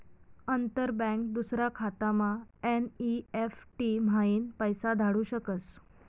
अंतर बँक दूसरा खातामा एन.ई.एफ.टी म्हाईन पैसा धाडू शकस